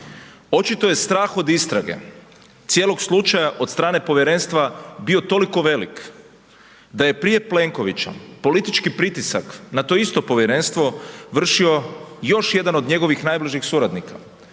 Očito je strah od istrage cijelog slučaja od strane povjerenstva bio toliko velik da je prije Plenkovića politički pritisak na to isto povjerenstvo vršio još jedan od njegovih najbližih suradnika,